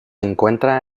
encuentra